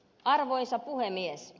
arvoisa puhemies